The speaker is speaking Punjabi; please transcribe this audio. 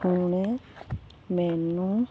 ਹੁਣ ਮੈਨੂੰ